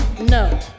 no